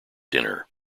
dinner